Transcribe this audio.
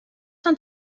fan